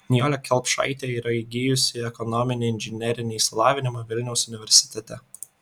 nijolė kelpšaitė yra įgijusi ekonominį inžinerinį išsilavinimą vilniaus universitete